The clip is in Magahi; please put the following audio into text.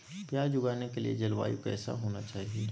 प्याज उगाने के लिए जलवायु कैसा होना चाहिए?